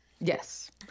Yes